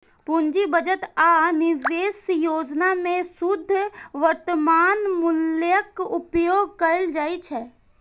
पूंजी बजट आ निवेश योजना मे शुद्ध वर्तमान मूल्यक उपयोग कैल जाइ छै